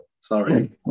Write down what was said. Sorry